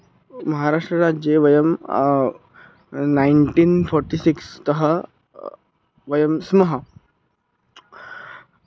महाराष्ट्रराज्ये वयं nineteen forty सिक्स्तः वयं स्मः